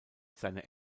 seine